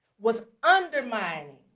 was undermining